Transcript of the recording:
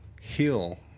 heal